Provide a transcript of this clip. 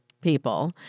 people